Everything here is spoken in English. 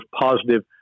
positive